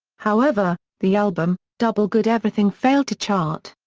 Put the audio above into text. however, the album, double good everything failed to chart.